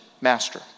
master